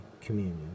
communion